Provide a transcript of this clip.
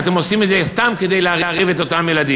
אתם לא עושים את זה סתם כדי להרעיב את אותם ילדים,